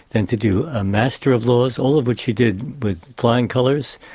then to do a master of laws, all of which he did with flying colours,